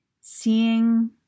Seeing